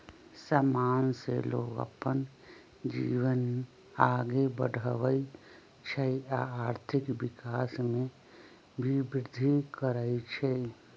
समान से लोग अप्पन जीवन के आगे बढ़वई छई आ आर्थिक विकास में भी विर्धि करई छई